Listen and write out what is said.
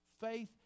Faith